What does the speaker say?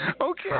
Okay